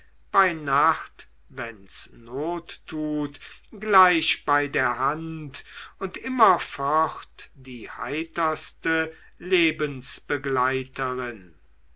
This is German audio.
bei nacht wenn's not tut gleich bei der hand und immerfort die heiterste